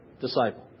disciple